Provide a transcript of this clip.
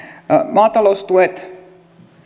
maataloustuet